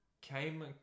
came